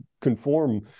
conform